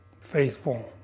Faithful